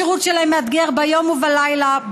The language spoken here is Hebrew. השירות שלהם מאתגר ביום ובלילה,